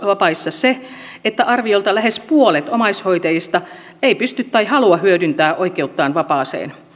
vapaissa on se että arviolta lähes puolet omaishoitajista ei pysty hyödyntämään tai halua hyödyntää oikeuttaan vapaaseen